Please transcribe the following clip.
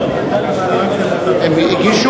הוגשה